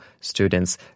students